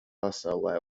pasaulē